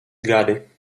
gadi